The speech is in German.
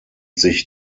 sich